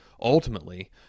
ultimately